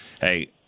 Hey